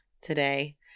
today